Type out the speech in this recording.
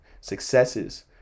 Successes